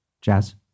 Jazz